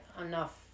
enough